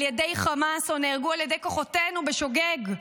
ידי חמאס או נהרגו על ידי כוחותינו בשוגג.